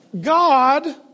God